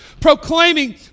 proclaiming